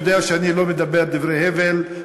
ויודע שאני לא מדבר דברי הבל,